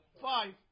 Five